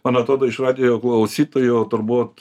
man atrodo iš radijo klausytojų turbūt